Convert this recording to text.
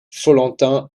follentin